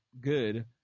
good